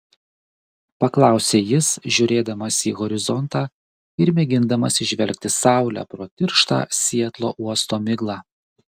paklausė jis žiūrėdamas į horizontą ir mėgindamas įžvelgti saulę pro tirštą sietlo uosto miglą